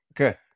okay